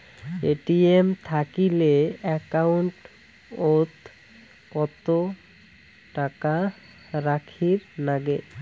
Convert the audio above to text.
ATM থাকিলে account ওত কত টাকা রাখীর নাগে?